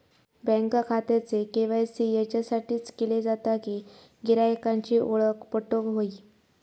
bank खात्याचे KYC याच्यासाठीच केले जाता कि गिरायकांची ओळख पटोक व्हयी